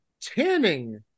Tanning